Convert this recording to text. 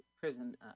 prison